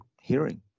hearing